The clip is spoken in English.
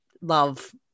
love